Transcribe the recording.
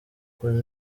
kuri